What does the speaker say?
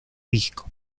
disco